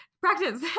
practice